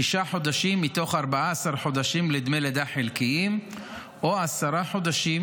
שישה חודשים מתוך 14 חודשים לדמי לידה חלקיים או עשרה חודשים